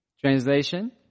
Translation